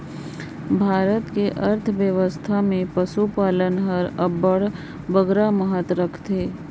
भारत कर अर्थबेवस्था में पसुपालन हर अब्बड़ बगरा महत रखथे